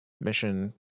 mission